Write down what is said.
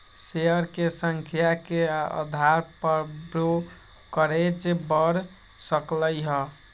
share के संख्या के अधार पर ब्रोकरेज बड़ सकलई ह